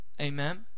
Amen